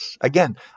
Again